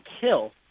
kill